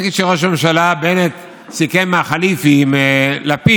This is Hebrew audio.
נגיד שראש הממשלה בנט סיכם עם החליפי, עם לפיד,